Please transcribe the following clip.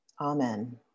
Amen